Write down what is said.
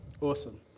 Awesome